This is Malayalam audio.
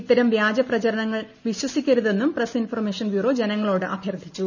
ഇ്ത്തരം വ്യാജ പ്രചരണങ്ങൾ വിശ്വസിക്കരുതെന്നും പ്രസ് ഇൻഫർമേഷൻ ബ്യൂറോ ജനങ്ങളോട് അഭ്യർത്ഥിച്ചു